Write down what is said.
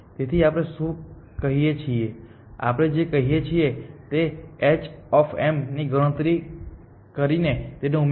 તેથી આપણે શું કહીએ છીએ આપણે જે કહીએ છીએ તે h ની ગણતરી કરી ને તેને ઉમેરો